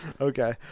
Okay